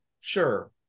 Sure